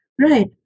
right